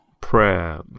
prayer